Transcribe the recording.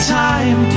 time